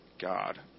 God